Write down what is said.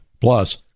Plus